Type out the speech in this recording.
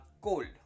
cold